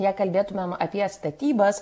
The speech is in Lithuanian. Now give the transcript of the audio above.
jei kalbėtumėm apie statybas